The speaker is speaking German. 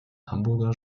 hamburger